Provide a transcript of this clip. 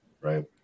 right